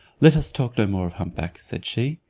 let us talk no more of hump-back, said she,